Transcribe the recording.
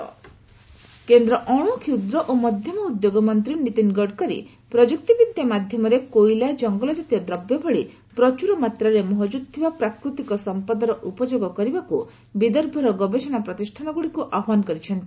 ଗଡକରୀ ଭିନିଟ୍ କେନ୍ଦ୍ର ଅଣୁ କ୍ଷୁଦ୍ର ଓ ମଧ୍ୟମ ଉଦ୍ୟୋଗ ମନ୍ତ୍ରୀ ନିତିନ ଗଡକରୀ ପ୍ରଯୁକ୍ତିବିଦ୍ୟା ମାଧ୍ୟମରେ କୋଇଲା ଜଙ୍ଗଲଜାତ ଦ୍ରବ୍ୟ ଭଳି ପ୍ରଚୁରମାତ୍ରାରେ ମହକୁଦ୍ ଥିବା ପ୍ରାକୃତିକ ସମ୍ପଦର ଉପଯୋଗ କରିବାକୁ ବିଦର୍ଭର ଗବେଷଣା ପ୍ରତିଷ୍ଠାନଗୁଡ଼ିକୁ ଆହ୍ୱାନ କରିଛନ୍ତି